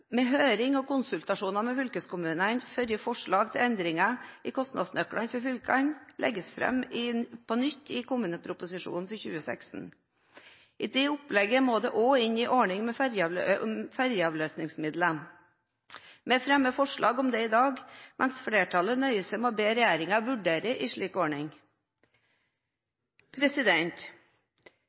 med høring og konsultasjoner med fylkeskommunene, før forslag til endringer i kostnadsnøklene for fylkene legges fram på nytt i kommuneproposisjonen for 2016. I det opplegget må det også inn en ordning med ferjeavløsningsmidler. Vi og SV fremmer forslag om dette i dag, mens flertallet nøyer seg med å be regjeringen vurdere en slik